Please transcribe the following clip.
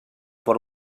por